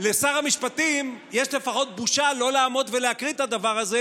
לשר המשפטים יש לפחות בושה לא לעמוד ולהקריא את הדבר הזה,